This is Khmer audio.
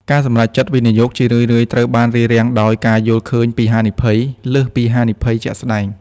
ការសម្រេចចិត្តវិនិយោគជារឿយៗត្រូវបានរារាំងដោយ "ការយល់ឃើញពីហានិភ័យ" លើសពីហានិភ័យជាក់ស្ដែង ។